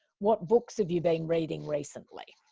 what books have you been reading recently?